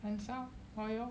and so are you